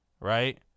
right